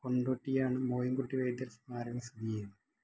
കൊണ്ടോട്ടിയാണ് മോയിൻകുട്ടി വൈദ്യർ സ്മാരകം സ്ഥിതി ചെയ്യുന്നത്